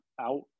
out